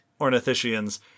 ornithischians